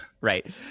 right